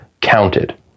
counted